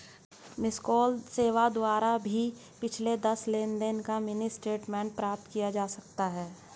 miss call सेवाओं द्वारा भी पिछले दस लेनदेन का मिनी स्टेटमेंट प्राप्त किया जा सकता है